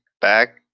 back